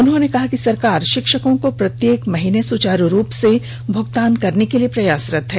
उन्होंने कहा कि सरकार शिक्षकों को प्रत्येक महीने सुचारु रुप से भुगतान करने के लिए प्रयासरत है